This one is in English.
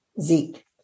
Zeke